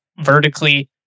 vertically